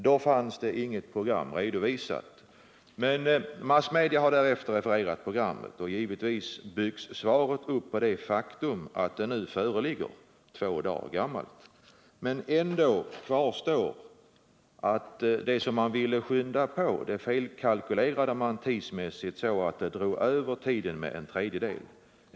Då fanns inget program redovisat, men massmedia har därefter refererat programmet, och givetvis byggs svaret upp på det faktum att det nu föreligger — två dagar gammalt. Men ändå kvarstår att det som man ville skynda på, det felkalkylerade man tidsmässigt så att det drog över tiden med en tredjedel.